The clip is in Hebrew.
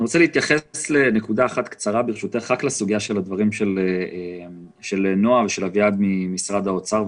אני רוצה להתייחס בקצרה לדבריהם של נועה או אביעד ממשרד האוצר.